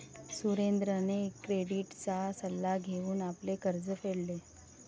सुरेंद्रने क्रेडिटचा सल्ला घेऊन आपले कर्ज फेडले